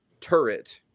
turret